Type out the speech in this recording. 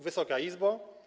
Wysoka Izbo!